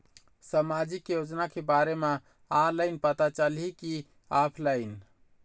सामाजिक योजना के बारे मा ऑनलाइन पता चलही की ऑफलाइन?